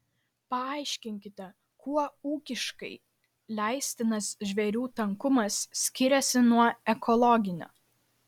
paaiškinkite kuo ūkiškai leistinas žvėrių tankumas skiriasi nuo ekologinio